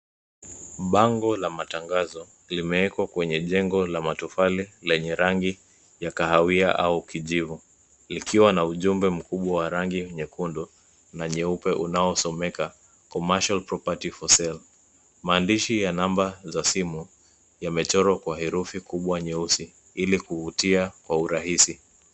Bango la matangazo limeekwa kwenye jengo la matofali lenye rangi ya kahawia au kijivu likiwa na ujumbe mkubwa wa rangi nyekundu na nyeupe unaosomeka, commercial property for sale. Maandishi ya namba za simu yamechorwa kwa herufi kubwa nyeusi ili kuvutia kwa urahisi.